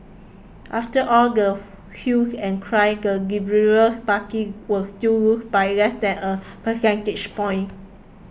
after all the hue and cry the liberal party was still loss by less than a percentage point